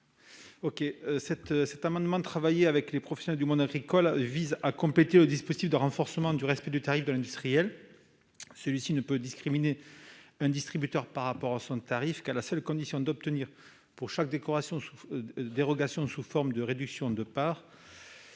Cet amendement, travaillé avec des professionnels du monde agricole, vise à compléter le dispositif de renforcement du respect du tarif de l'industriel. Celui-ci ne peut discriminer un distributeur par rapport à son tarif qu'à la seule condition d'obtenir, pour chaque dérogation sous forme de réduction de prix,